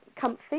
comfy